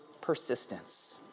persistence